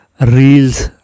reels